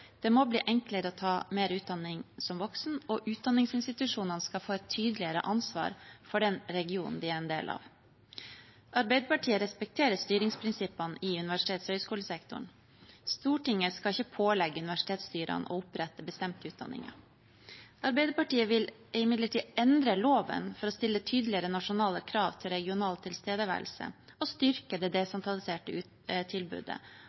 Det må bli enklere å ta mer utdanning som voksen, og utdanningsinstitusjonene skal få et tydeligere ansvar for den regionen de er en del av. Arbeiderpartiet respekterer styringsprinsippene i universitets- og høyskolesektoren. Stortinget skal ikke pålegge universitetsstyrene å opprette bestemte utdanninger. Arbeiderpartiet vil imidlertid endre loven for å stille tydeligere nasjonale krav til regional tilstedeværelse, styrke det desentraliserte tilbudet